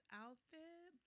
outfit